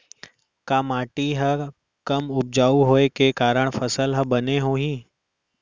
का माटी हा कम उपजाऊ होये के कारण फसल हा बने होही?